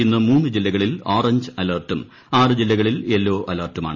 ഇന്ന് മൂന്ന് ജില്ലകളിൽ ഓറഞ്ച് അലെർട്ടും ആറ് ജില്ലകളിൽ യെല്ലോ അലർട്ടുമാണ്